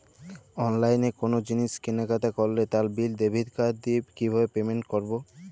অনলাইনে কোনো জিনিস কেনাকাটা করলে তার বিল ডেবিট কার্ড দিয়ে কিভাবে পেমেন্ট করবো?